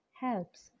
helps